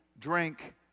drink